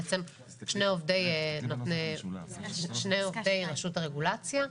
בעצם, שני עובדי רשות הרגולציה.